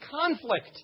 conflict